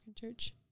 church